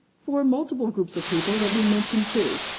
for multiple groups of people. let me mention two,